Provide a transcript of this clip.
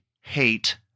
hate